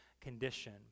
condition